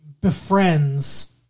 befriends